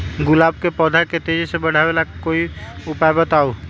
गुलाब के पौधा के तेजी से बढ़ावे ला कोई उपाये बताउ?